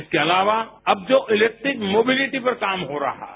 इसके अलावा अब जो इलैक्ट्रिक मोबेलीटी पर काम हो रहा है